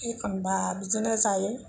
एखमब्ला बिदिनो जायो